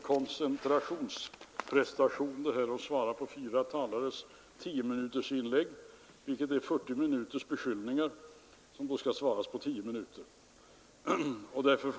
Kan KF lura sina medlemmar?